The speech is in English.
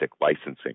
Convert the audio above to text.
licensing